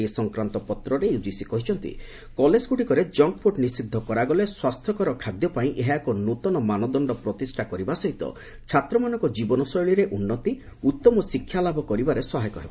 ଏ ସଂକ୍ରାନ୍ତ ପତ୍ରରେ ୟୁଜିସି କହିଛନ୍ତି କଲେଜଗୁଡିକରେ ଜଙ୍କଫୁଡ୍ ନିଷିଦ୍ଧ କରିବା ସ୍ୱାସ୍ଥ୍ୟକର ଖାଦ୍ୟ ପାଇଁ ଏହା ଏକ ନ୍ନଆ ମାନଦଣ୍ଡ ପ୍ରତିଷ୍ଠା କରାଇବା ସହିତ ଛାତ୍ରମାନଙ୍କ ଜୀବନ ଶୈଳୀରେ ଉନ୍ନତି ଉତ୍ତମ ଶିକ୍ଷା ଲାଭ କରିବାରେ ସହାୟକ ହେବ